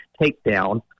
takedown